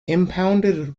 impounded